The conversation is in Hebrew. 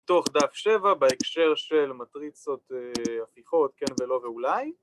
תוך דף שבע בהקשר של מטריצות הפיכות, כן ולא ואולי